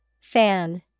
Fan